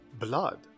Blood